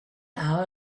hour